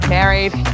Married